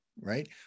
right